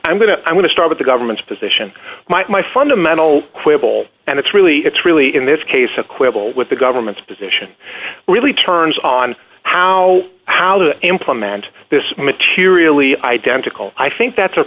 i'm going to i'm going to start with the government's position my fundamental quibble and it's really it's really in this case a quibble with the government's position really turns on how how to implement this materially identical i think that's